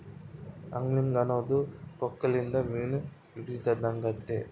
angling ಅನ್ನೊದು ಕೊಕ್ಕೆಲಿಂದ ಮೀನು ಹಿಡಿದಾಗೆತೆ